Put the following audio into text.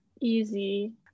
easy